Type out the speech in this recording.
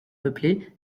peuplée